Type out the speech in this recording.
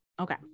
Okay